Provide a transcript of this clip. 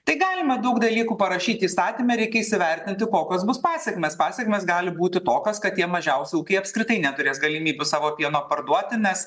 tai galima daug dalykų parašyti įstatyme reikia įsivertinti kokios bus pasekmės pasekmės gali būti tokios kad tie mažiausi ūkiai apskritai neturės galimybių savo pieno parduoti nes